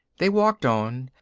they walked on,